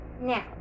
now